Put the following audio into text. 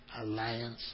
Alliance